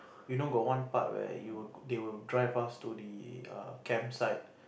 you know got one part where you will they will drive us to the err camp site